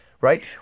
right